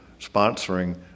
sponsoring